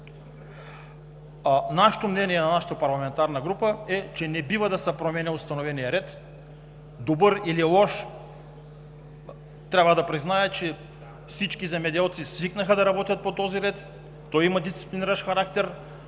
трудно. Мнението на нашата парламентарна група е, че не бива да се променя установеният ред. Добър или лош, трябва да призная, че всички земеделци свикнаха да работят по този ред – той има дисциплиниращ характер.